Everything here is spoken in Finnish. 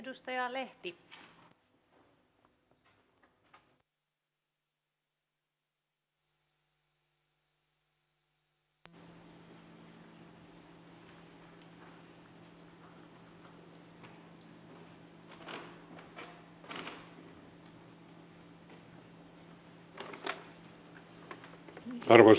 arvoisa rouva puhemies